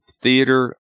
theater